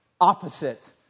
opposite